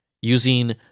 using